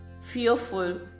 fearful